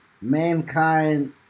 mankind